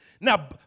Now